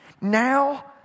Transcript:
now